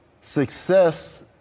Success